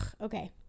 Okay